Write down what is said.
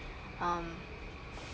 um